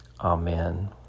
amen